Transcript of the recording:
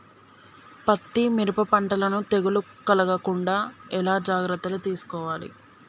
పత్తి మిరప పంటలను తెగులు కలగకుండా ఎలా జాగ్రత్తలు తీసుకోవాలి?